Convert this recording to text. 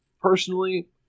personally